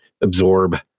absorb